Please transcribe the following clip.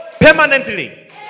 Permanently